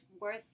worth